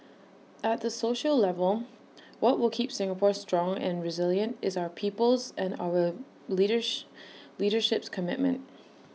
at the social level what will keep Singapore strong and resilient is our people's and our leadership's commitment